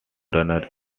runners